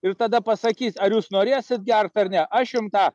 ir tada pasakys ar jūs norėsit gert ar ne aš jums tą